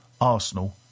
Arsenal